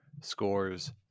scores